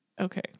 Okay